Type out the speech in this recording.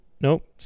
nope